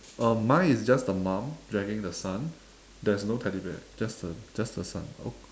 uh mine is just the mum dragging the son there's no teddy bear just the just the son oh